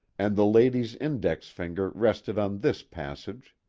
and the lady's index finger rested on this passage